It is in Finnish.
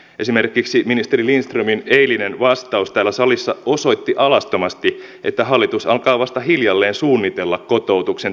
esimerkiksi ministeri lindströmin eilinen vastaus täällä salissa osoitti alastomasti että hallitus alkaa vasta hiljalleen suunnitella kotoutuksen toimenpiteitä